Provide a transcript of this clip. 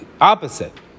Opposite